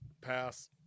Pass